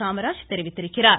காமராஜ் தெரிவித்துள்ளார்